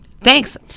thanks